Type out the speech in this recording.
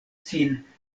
sin